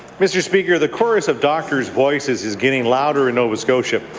mr. speaker, the chorus of doctor's voices is getting louder in nova scotia.